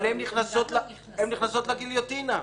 אבל הן נכנסות לגיליוטינה.